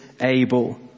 able